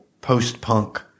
post-punk